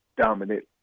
dominant